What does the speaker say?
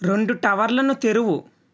రెండు టవర్లను తెరువు